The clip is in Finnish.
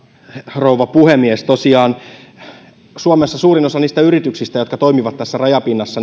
rouva puhemies tosiaan suomessa suurin osa niistä yrityksistä jotka toimivat tässä rajapinnassa